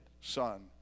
son